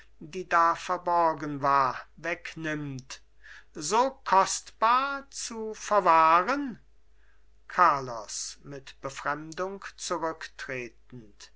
die da verborgen war wegnimmt so kostbar zu verwahren carlos mit befremdung zurücktretend